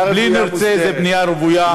בלי שנרצה, זו בנייה רוויה.